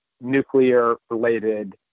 nuclear-related